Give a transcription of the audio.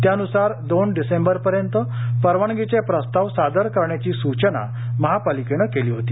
त्यानुसार दोन डिसेंबरपर्यंत परवानगीचे प्रस्ताव सादर करण्याची सूचना महापालिकेने केली होती